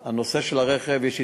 בנושא של הרכב יש התקדמות,